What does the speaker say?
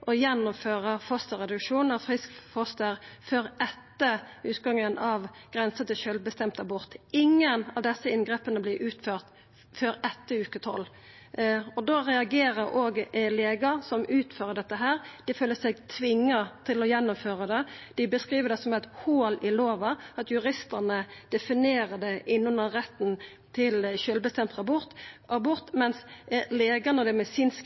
å gjennomføra fosterreduksjon av friskt foster før etter utgangen av grensa for sjølvbestemd abort. Ingen av desse inngrepa vert utførte før etter uke tolv. Òg legar som utfører dette, reagerer. Dei føler seg tvinga til å gjennomføra det. Dei beskriv det som eit hol i lova at juristane definerer det inn under retten til sjølvbestemd abort, mens legane og det medisinske miljøet seier at det faktisk ikkje er mogleg. Det som er